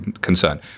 concern